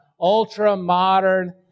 ultra-modern